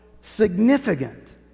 significant